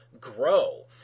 grow